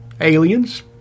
aliens